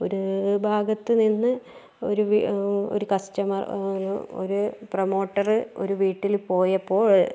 ഒരു ഭാഗത്ത് നിന്ന് ഒരു വി ഒരു കസ്റ്റമർ ഒരു പ്രൊമോട്ടർ ഒരു വീട്ടിൽ പോയപ്പോൾ